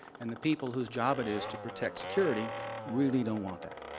and the people whose job it is to protect security really don't want that.